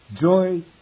joy